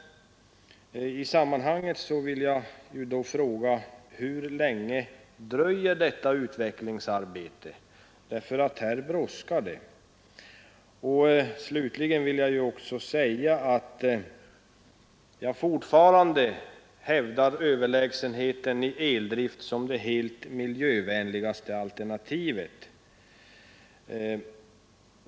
I sammanhanget vill jag fråga: Hur länge dröjer detta utvecklingsarbete? Här brådskar det. Slutligen vill jag också säga att jag fortfarande hävdar överlägsenheten i eldrift som det miljövänligaste alternativet.